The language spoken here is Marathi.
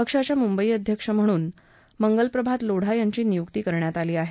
पक्षाच्या मुंबई अध्यक्ष म्हणुन मंगल प्रभात लोढा यांची नियुक्ती करण्यात आली आहे